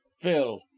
phil